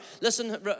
Listen